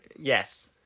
Yes